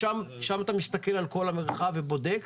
שם אתה מסתכל על כל המרחב ובודק.